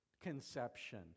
Conception